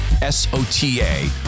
S-O-T-A